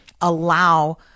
allow